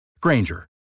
Granger